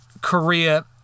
Korea